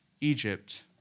Egypt